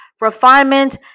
refinement